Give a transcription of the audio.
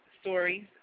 stories